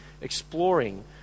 exploring